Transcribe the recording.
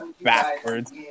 backwards